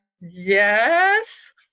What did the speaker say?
Yes